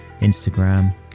Instagram